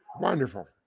Wonderful